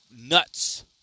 nuts